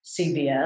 CBS